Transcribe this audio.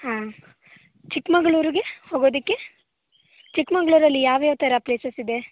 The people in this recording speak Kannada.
ಹಾಂ ಚಿಕ್ಕಮಗಳೂರಿಗೆ ಹೋಗೋದಕ್ಕೆ ಚಿಕ್ಕಮಗಳೂರಲ್ಲಿ ಯಾವ್ಯಾವ ಥರ ಪ್ಲೇಸಸ್ ಇದೆ